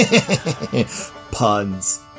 Puns